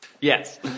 Yes